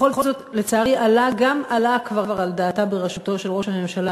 בכל זאת לצערי עלה גם עלה כבר על דעתה בראשותו של ראש הממשלה